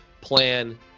plan